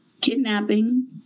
kidnapping